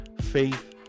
faith